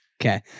Okay